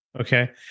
Okay